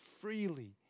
freely